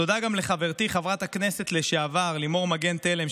תודה גם לחברתי חברת הכנסת לשעבר לימור מגן תלם,